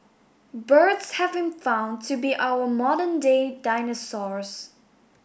birds have been found to be our modern day dinosaurs